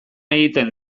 egiten